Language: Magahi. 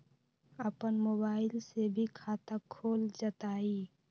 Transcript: अपन मोबाइल से भी खाता खोल जताईं?